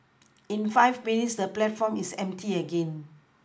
in five minutes the platform is empty again